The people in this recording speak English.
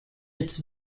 its